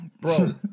Bro